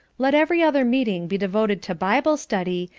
let every other meeting be devoted to bible study,